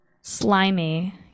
Slimy